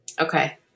Okay